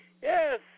Yes